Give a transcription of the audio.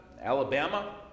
Alabama